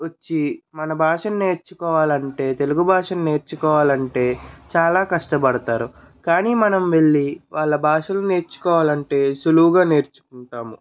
వచ్చి మన భాషను నేర్చుకోవాలంటే తెలుగు భాషను నేర్చుకోవాలంటే చాలా కష్టపడతారు కానీ మనం వెళ్ళి వాళ్ళ భాషలు నేర్చుకోవాలంటే సులువుగా నేర్చుకుంటాము